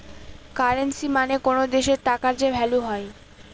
currency মানে কোনো দেশের টাকার যে ভ্যালু হয়